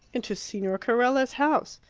into signor carella's house.